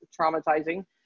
traumatizing